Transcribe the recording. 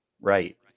Right